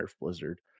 Blizzard